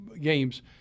games